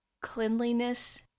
cleanliness